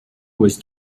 was